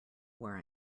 where